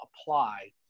apply